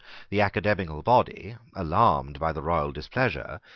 the academical body, alarmed by the royal displeasure,